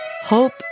hope